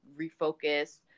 refocus